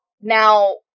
Now